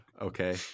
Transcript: okay